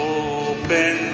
open